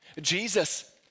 Jesus